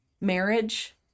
marriage